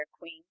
queen